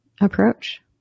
approach